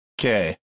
okay